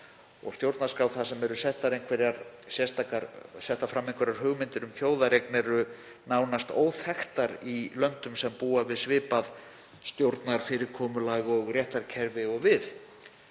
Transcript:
og stjórnarskrár þar sem settar eru fram einhverjar hugmyndir um þjóðareign eru nánast óþekktar í löndum sem búa við svipað stjórnarfyrirkomulag og réttarkerfi og við.